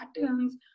patterns